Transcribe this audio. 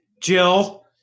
Jill